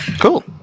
Cool